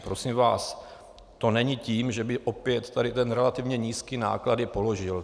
Prosím vás, to není tím, že by opět tady ten relativně nízký náklad je položil.